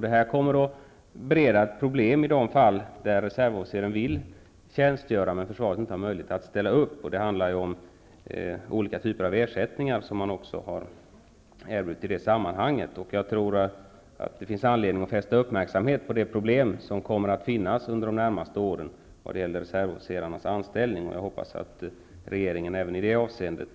Detta kommer att bereda problem i de fall där reservofficeraren vill tjänstgöra men försvaret inte har möjlighet att ställa upp. Man har i det sammanhanget också erbjudit olika typer av ersättningar. Jag tror att det finns anledning att fästa uppmärksamheten på de problem som kommer att finnas under de närmaste åren vad gäller reservofficerarnas anställning. Jag hoppas att regeringen